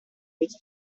with